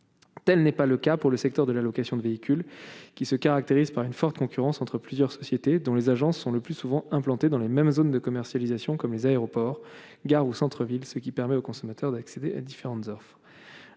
telle n'est pas le cas pour le secteur de la location de véhicules qui se caractérise par une forte concurrence entre plusieurs sociétés dont les agences sont le plus souvent implantés dans les mêmes zones de commercialisation comme les aéroports, gares au centre-ville, ce qui permet aux consommateurs d'accéder à différentes offrent